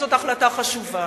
אבל זו החלטה חשובה.